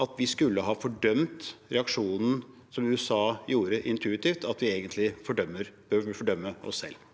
at vi skulle ha fordømt reaksjonen som USA gjorde intuitivt, at vi egentlig bør fordømme oss selv?